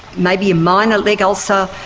maybe a minor leg ulcer,